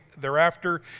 thereafter